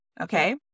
Okay